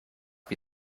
wie